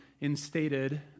instated